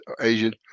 Asian